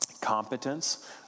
competence